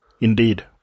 Indeed